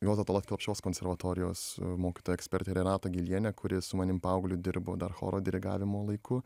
juozo tallat kelpšos konservatorijos mokytoją ekspertę renatą gilienę kuri su manim paaugliu dirbo dar choro dirigavimo laiku